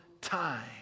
time